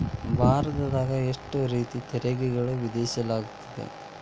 ಭಾರತದಾಗ ಎಷ್ಟ ರೇತಿ ತೆರಿಗೆಗಳನ್ನ ವಿಧಿಸಲಾಗ್ತದ?